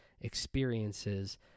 experiences